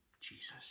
Jesus